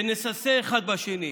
שנשסה אחד בשני.